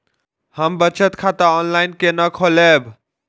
हम बचत खाता ऑनलाइन केना खोलैब?